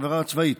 עבירה צבאית,